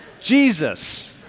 Jesus